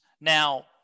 Now